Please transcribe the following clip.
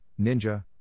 ninja